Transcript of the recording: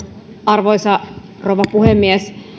arvoisa rouva puhemies